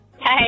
Hey